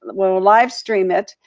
we'll live stream it.